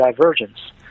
divergence